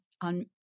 on